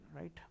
right